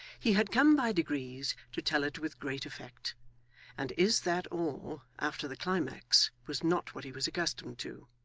he had come by degrees to tell it with great effect and is that all after the climax, was not what he was accustomed to.